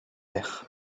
verre